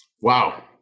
Wow